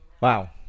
wow